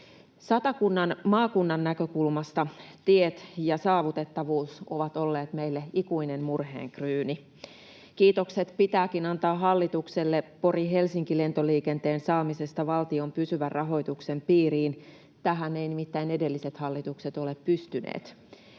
Satakunnan maakunnan näkökulmasta tiet ja saavutettavuus ovat olleet meille ikuinen murheenkryyni. Kiitokset pitääkin antaa hallitukselle Pori—Helsinki-lentoliikenteen saamisesta valtion pysyvän rahoituksen piiriin. Tähän eivät nimittäin edelliset hallitukset ole pystyneet.